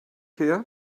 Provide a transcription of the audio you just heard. here